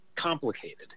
complicated